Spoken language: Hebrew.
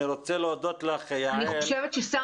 אני רוצה להודות לך יעל בשלב -- אני חושבת ששר